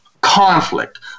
conflict